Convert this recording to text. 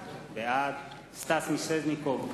בעד סטס מיסז'ניקוב,